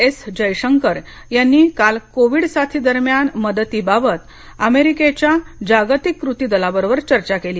S Jaishankar यांनी काल Covid साथीदरम्यान मदतीबाबत अमेरिकेच्या जागतिक कृती दलाबरोबर चर्चा केली